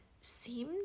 seem